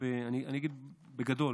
אני אגיד בגדול,